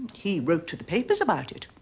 he wrote to the papers about it.